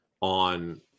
on